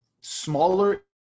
smaller